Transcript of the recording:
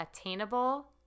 attainable